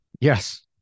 yes